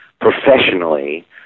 professionally